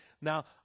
Now